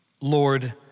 Lord